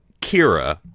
Kira